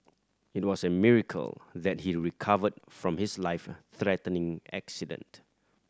it was a miracle that he recovered from his life threatening accident